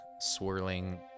swirling